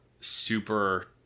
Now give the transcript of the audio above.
super